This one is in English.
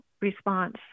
response